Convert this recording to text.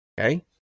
Okay